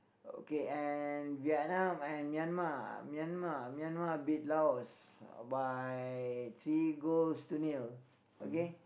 okay and Vietnam and Myanmar Myanmar Myanmar beat Laos by three goals to nil okay